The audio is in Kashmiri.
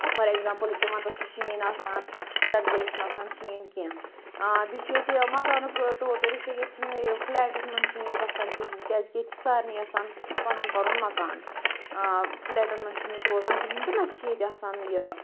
فار اٮ۪کزامپٕل ییٚکیٛاہ وَندَس چھُ شیٖن آسان رٮ۪تہٕ کٲلِس چھُنہٕ آسان شیٖن کینٛہہ بیٚیہِ چھُ ییٚتہِ یہِ مکانُک طور طریٖقہٕ سُہ ییٚتہِ چھِنہٕ یِم فٕلیٹس منٛز چھِنہٕ ییٚتہِ بَسان کِہیٖنۍ کیٛازِکہِ ییٚتہِ چھِ سارنٕے آسان پَنُن پَنُن مکان فٕلیٹَن منٛز چھِنہٕ ییٚتہِ روزان کِہیٖنۍ تہٕ نہ چھِ ییٚتہِ آسان یہِ